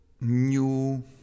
new